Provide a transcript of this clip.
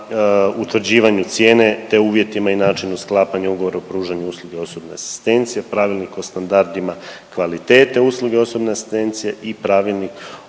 utvrđivanju cijene, te uvjetima i načinu sklapanja ugovora o pružanju usluge osobne asistencije, Pravilnik o standardima kvalitete usluge osobne asistencije i Pravilnik